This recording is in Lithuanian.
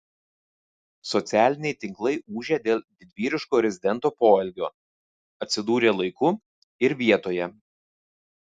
socialiniai tinklai ūžia dėl didvyriško rezidento poelgio atsidūrė laiku ir vietoje